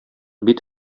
бит